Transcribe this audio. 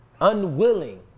Unwilling